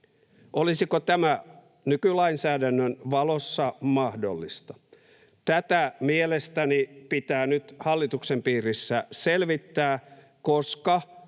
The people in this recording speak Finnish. Olisiko tämä nykylainsäädännön valossa mahdollista? Tätä mielestäni pitää nyt hallituksen piirissä selvittää, koska